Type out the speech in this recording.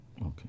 Okay